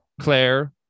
Claire